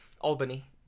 Albany